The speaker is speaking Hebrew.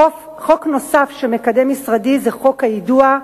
חוק נוסף שמקדם משרדי זה חוק היידוע.